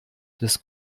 des